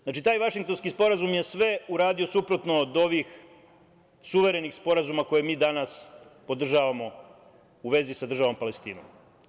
Znači, taj Vašingtonski sporazum je sve uradio suprotno od ovih suverenih sporazuma koje mi danas podržavamo u vezi sa državom Palestinom.